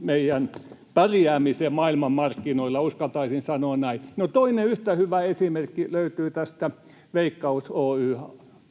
meidän pärjäämisen maailmanmarkkinoilla, uskaltaisin sanoa näin. Toinen yhtä hyvä esimerkki löytyy tästä Veikkaus Oy:n tilanteesta.